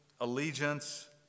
allegiance